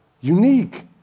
unique